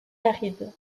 aride